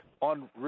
on